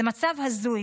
זה מצב הזוי.